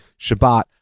Shabbat